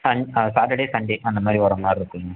சண் Saturday Sunday அந்தமாதிரி வரமாதிரி இருக்குங்க